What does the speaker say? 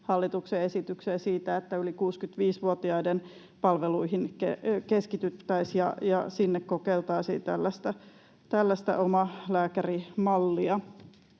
hallituksen esitykseen siitä, että keskityttäisiin yli 65-vuotiaiden palveluihin ja sinne kokeiltaisiin tällaista omalääkärimallia.